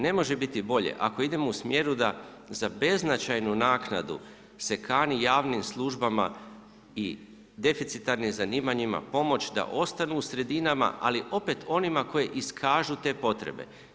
Ne može biti bolje ako idemo u smjeru da za beznačajnu naknadu se kani javnim službama i deficitarnim zanimanjima pomoći da ostanu u sredinama, ali opet onima koji iskažu te potrebe.